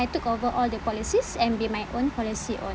took over all the policies and be my own policy